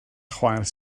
chwaer